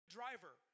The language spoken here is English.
driver